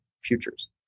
futures